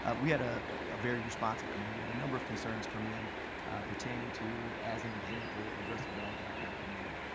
ah we had a very responsive committee. we had a number of concerns come in pertaining to, as an example, aggressive dogs out in our community.